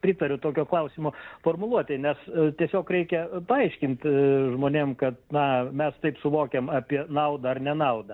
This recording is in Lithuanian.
pritariu tokio klausimo formuluotei nes tiesiog reikia paaiškint žmonėm kad na mes taip suvokiam apie naudą ar nenaudą